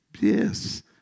yes